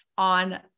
on